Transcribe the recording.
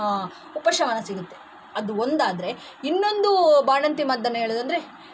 ಉಪಶಮನ ಸಿಗುತ್ತೆ ಅದು ಒಂದಾದರೆ ಇನ್ನೊಂದು ಬಾಣಂತಿ ಮದ್ದನ್ನು ಹೇಳೋದೆಂದ್ರೆ